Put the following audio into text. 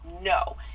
no